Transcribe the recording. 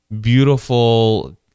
beautiful